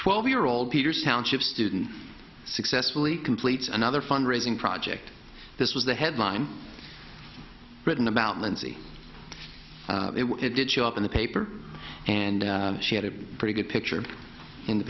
twelve year old peters township student successfully completes another fundraising project this was the headline written about lindsay it didn't show up in the paper and she had a pretty good picture in the